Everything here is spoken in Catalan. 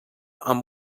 amb